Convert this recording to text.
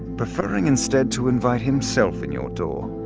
preferring instead to invite himself in your door.